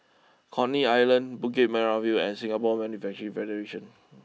Coney Island Bukit Merah view and Singapore Manufacturing Federation